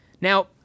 now